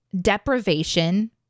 deprivation